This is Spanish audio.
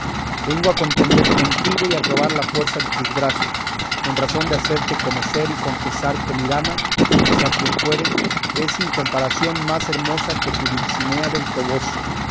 vengo a contender contigo y a probar la fuerza de tus brazos en razón de hacerte conocer y confesar que mi dama sea quien fuere es sin comparación más hermosa que tu dulcinea del toboso